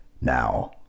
Now